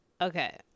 Okay